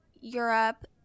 Europe